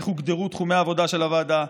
איך הוגדרו תחומי העבודה של הוועדה,